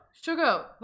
sugar